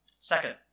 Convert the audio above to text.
Second